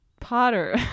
Potter